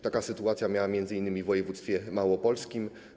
Taka sytuacja miała miejsce m.in. w województwie małopolskim.